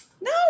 No